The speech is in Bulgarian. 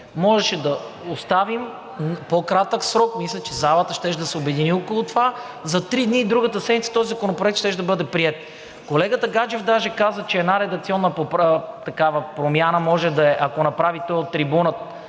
Можеше да оставим по-кратък срок. Мисля, че залата щеше да се обедини около това – за три дни другата седмица този законопроект щеше да бъде приет. Колегата Гаджев даже каза, че една такава промяна може да е, ако направите от трибуната